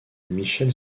michel